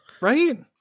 right